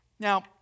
Now